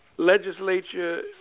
Legislature